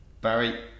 Barry